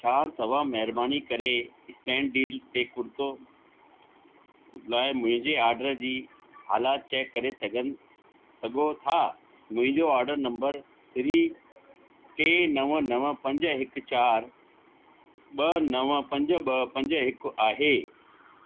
छा तव्हां महिरबानी करे स्पैन्डील ते कुर्तो लाइ मुंहिंजे ऑडर जी हालाति चेक करे सघणु सघो था मुंहिंजो ऑडर नम्बर थ्री टे नवं नवं पंज हिकु चार ॿ नवं पंज ॿ पंज हिकु आहे